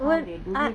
won't I